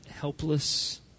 helpless